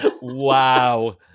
Wow